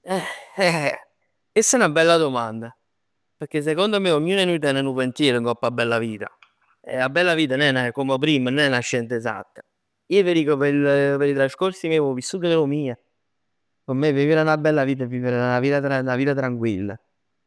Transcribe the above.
Eh chest è 'na bella domanda, pecchè secondo me ognun 'e nuje ten nu pensier ngopp 'a bella vita. E 'a bella vita nun è, come primm, nun è 'na scienza esatta. Ij t' dic p' 'e trascorsi miei, p' 'o vissut do mij. P' me vivere 'na bella vita è vivere 'na vita tranquill, 'na vita tranquilla.